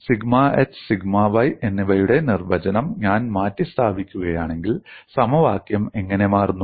sigma x sigma y എന്നിവയുടെ നിർവചനം ഞാൻ മാറ്റിസ്ഥാപിക്കുകയാണെങ്കിൽ സമവാക്യം എങ്ങനെ മാറുന്നു